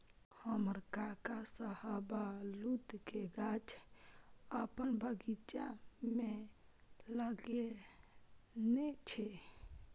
हमर काका शाहबलूत के गाछ अपन बगीचा मे लगेने छै